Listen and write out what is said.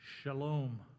Shalom